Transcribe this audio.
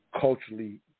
culturally